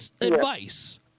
advice